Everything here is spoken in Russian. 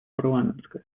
парламентской